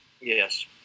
yes